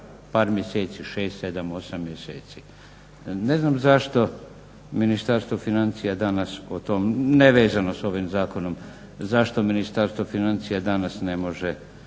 par mjeseci, 6, 7, 8 mjeseci. Ne znam zašto Ministarstvo financija danas o tom, nevezano s ovim zakonom, zašto Ministarstvo financija danas ne može